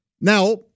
Now